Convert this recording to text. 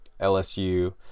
LSU